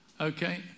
okay